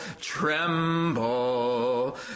tremble